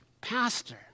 Pastor